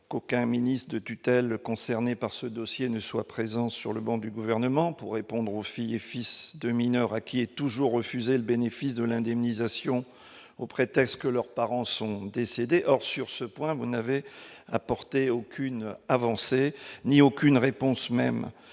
qu'aucun ministre de tutelle, concernés par ce dossier ne soit présent sur le banc du gouvernement, pour répondre aux filles et fils de mineur à qui est toujours refusé le bénéfice de l'indemnisation au prétexte que leurs parents sont décédés, or sur ce point vous n'avait apporté aucune avancée, ni aucune réponse même